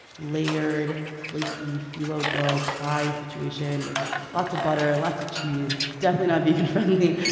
layered, flaky filo dough pie situation with lots of butter, lots of cheese definitely not vegan-friendly.